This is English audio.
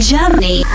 Germany